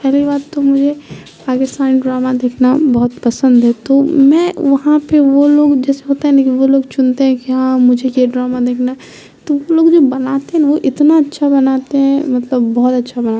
پہلی بات تو مجھے پاکستانی ڈرامہ دیکھنا بہت پسند ہے تو میں وہاں پہ وہ لوگ جیسے ہوتا ہے ن کہ وہ لوگ چنتے ہیں کہ ہاں مجھے یہ ڈرامہ دیکھنا ہے تو وہ لوگ جو بناتے ہیں وہ اتنا اچھا بناتے ہیں مطلب بہت اچھا بنات